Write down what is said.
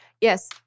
Yes